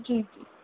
जी